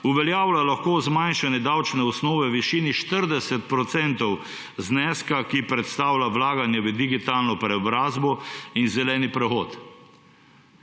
Uveljavlja lahko zmanjšanje davčne osnove v višini 40 % zneska, ki predstavlja vlaganje v digitalno preobrazbo in zeleni prehod.